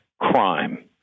crime